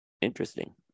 Interesting